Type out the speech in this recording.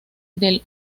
del